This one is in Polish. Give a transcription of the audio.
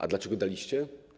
A dlaczego daliście?